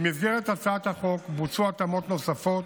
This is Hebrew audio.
במסגרת הצעת החוק בוצעו התאמות נוספות,